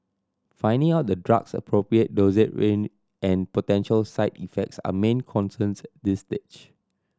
finding out the drug's appropriate dosage range and potential side effects are main concerns this stage